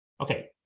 Okay